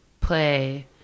play